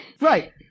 Right